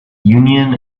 union